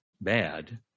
bad